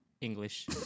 English